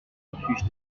refuge